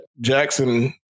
Jackson